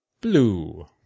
Blue